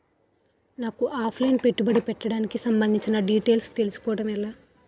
నాకు offline పెట్టుబడి పెట్టడానికి సంబందించిన డీటైల్స్ తెలుసుకోవడం ఎలా?